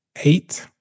eight